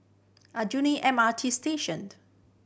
Aljunied M R T Station